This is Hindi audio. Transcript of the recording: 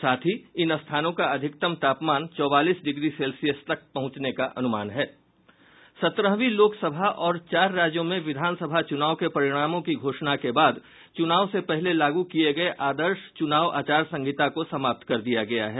साथ ही इन स्थानों का अधिकतम तापमान चौवालीस डिग्री सेल्सियस तक पहुंचने का अनुमान है सत्रहवीं लोकसभा और चार राज्यों में विधानसभा चूनाव के परिणामों की घोषणा के बाद चुनाव से पहले लागू किये गये आदर्श चुनाव आचार संहिता को समाप्त कर दिया गया है